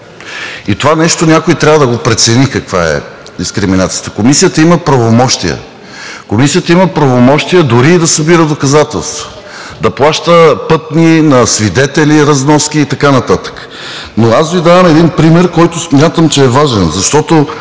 Това нещо някой трябва да прецени – каква е дискриминацията. Комисията има правомощия. Комисията има правомощия дори и да събира доказателства, да плаща пътни разноски на свидетели и така нататък. Давам Ви един пример, който смятам, че е важен.